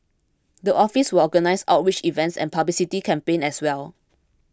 the office will organise outreach events and publicity campaigns as well